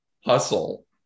hustle